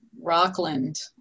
Rockland